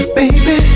baby